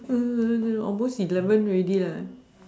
almost eleven already